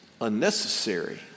unnecessary